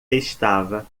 estava